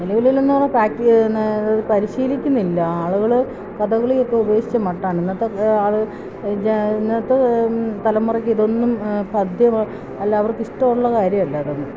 നിലവിലില്ലെന്ന് പറഞ്ഞാല് പരിശീലിക്കുന്നില്ല ആളുകള് കഥകളിയൊക്കെ ഉപേക്ഷിച്ച മട്ടാണ് ഇന്നത്തെ ഇന്നത്തെ തലമുറയ്ക്ക് ഇതൊന്നും പഥ്യമല്ല അവർക്കിഷ്ടമുള്ള കാര്യമല്ല അതൊന്നും